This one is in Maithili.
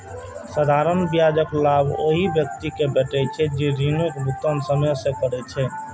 साधारण ब्याजक लाभ ओइ व्यक्ति कें भेटै छै, जे ऋणक भुगतान समय सं करै छै